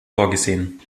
vorgesehen